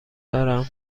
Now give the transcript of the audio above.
دارم